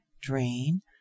Drain